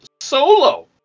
solo